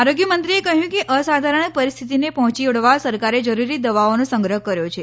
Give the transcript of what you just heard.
આરોગ્યમંત્રીએ કહ્યું કે અસાધારણ પરિસ્થિતિને પહોંચી વળવા સરકારે જરૂરી દવાઓનો સંગ્રહ કર્યો છે